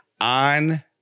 on